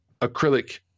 acrylic